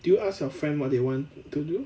did you ask your friend what they want to do